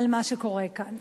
על מה שקורה כאן.